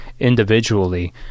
individually